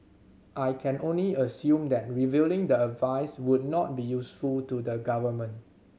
I can only assume that revealing the advice would not be useful to the government